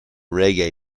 reggae